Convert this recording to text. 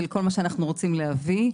של כל מה שאנחנו רוצים להביא,